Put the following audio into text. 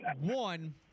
One